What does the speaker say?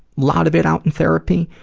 lot of it out in therapy,